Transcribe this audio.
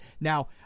Now